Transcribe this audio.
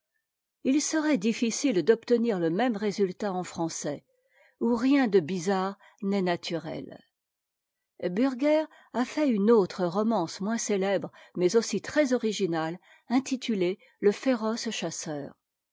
i serait difficile d'obtenir le même résu tat en français où rien de bizarre n'est nature bürger a fait une autre romance moins célèbre mais aussi très prigina e intitulée e